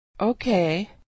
Okay